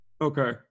Okay